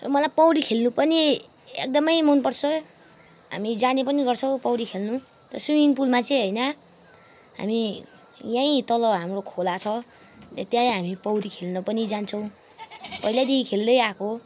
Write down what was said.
र मलाई पौडी खेल्नु पनि एकदमै मनपर्छ हामी जाने पनि गर्छौँ पौडी खेल्न र स्विमिङ पुलमा चाहिँ होइन हामी यहीँ तल हाम्रो खोला छ त्यहीँ हामी पौडी खेल्न पनि जान्छौँ पहिल्यैदेखि खेल्दै आएको हो